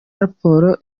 raporo